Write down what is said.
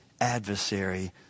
adversary